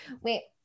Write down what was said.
Wait